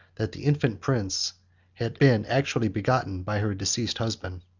that the infant prince had been actually begotten by her deceased husband.